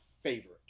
favorite